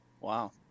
Wow